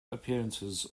appearances